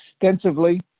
extensively